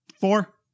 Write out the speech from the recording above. four